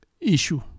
issue